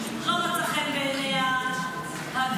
לא מצאה חן בעיניה הגר,